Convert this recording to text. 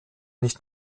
nicht